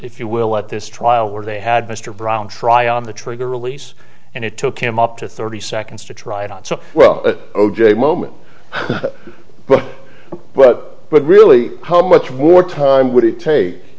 if you will at this trial where they had mr brown try on the trigger release and it took him up to thirty seconds to try it on so well o j moment well but really how much more time would it take